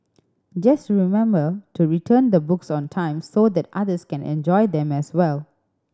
just remember to return the books on time so that others can enjoy them as well